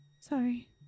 Sorry